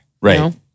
Right